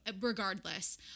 regardless